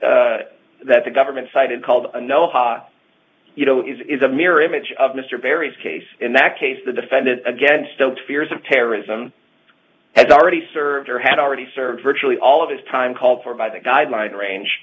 that the government cited called no ha you know is a mirror image of mr barry's case in that case the defendant against the fears of terrorism has already served or had already served virtually all of his time called for by the guideline range